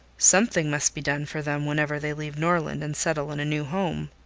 something must be done for them whenever they leave norland and settle in a new home.